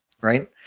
right